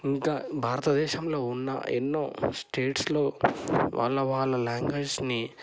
ఇంకా భారతదేశంలో ఉన్న ఎన్నో స్టేట్స్లో వాళ్ళ వాళ్ళ లాంగ్వేజ్ని